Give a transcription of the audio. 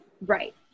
right